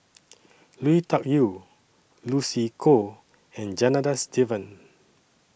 Lui Tuck Yew Lucy Koh and Janadas Devan